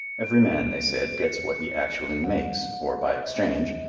every man, they said, gets what he actually makes, or, by exchange,